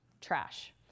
trash